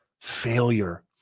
failure